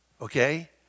okay